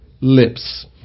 lips